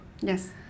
Yes